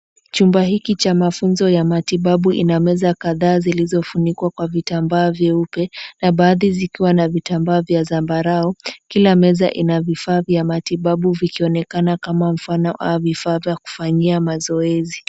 Chumba hiki cha mafunzo ya matibabu ina meza kadhaa zilizofunikwa kwa vitambaa vyeupe na baadhi zikiwa na vitambaa vya zambarau. Kila meza ina vifaa vya matibabu ikionekana kama mfano ama vifaa vya kufanyia mazoezi.